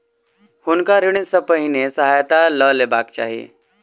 हुनका ऋण सॅ पहिने सहायता लअ लेबाक चाही